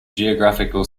geographical